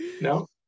No